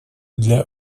для